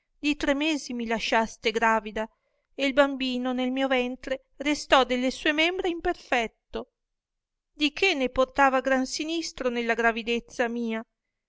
di tre mesi mi lasciaste gravida e il bambino nel mio ventre restò delle sue membra imperfetto di che ne portava gran sinistro nella gravidezza mia